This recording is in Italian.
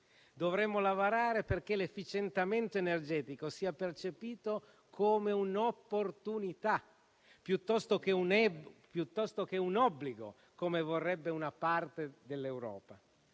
Dovremo lavorare perché l'efficientamento energetico sia percepito come un'opportunità piuttosto che un obbligo, come vorrebbe una parte dell'Europa.